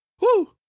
woo